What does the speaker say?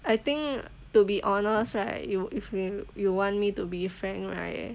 I think to be honest right you if you you want me to be frank right